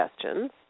suggestions